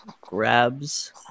grabs